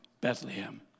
Bethlehem